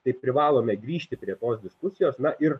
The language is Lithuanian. tai privalome grįžti prie tos diskusijos na ir